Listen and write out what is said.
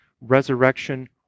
resurrection